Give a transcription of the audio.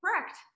Correct